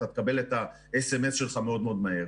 אתה תקבל את ה-SMS שלך מאוד מאוד מהר.